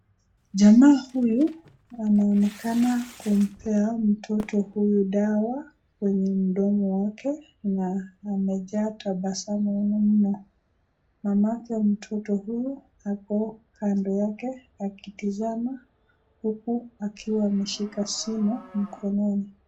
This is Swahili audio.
Jamaa huyu anaonekana kumpea mtoto huyu dawa kwenye mdomo wake na amejaa tabasamu mno. Mama wa mtoto huyu amesimama kando akitazama huku akiwa ameshika simu mkononi.